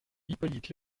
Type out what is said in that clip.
hippolyte